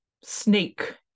snake